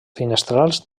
finestrals